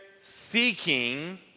seeking